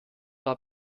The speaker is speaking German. war